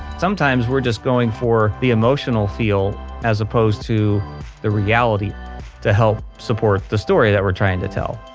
sometimes we're just going for the emotional feel as opposed to the reality to help support the story that we're trying to tell